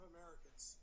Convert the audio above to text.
Americans